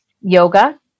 yoga